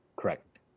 Correct